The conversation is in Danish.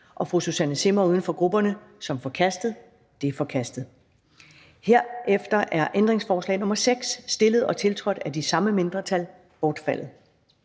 KF og Susanne Zimmer (UFG)), som forkastet. Det er forkastet. Herefter er ændringsforslag nr. 7, stillet og tiltrådt af de samme mindretal, men